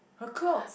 her clothes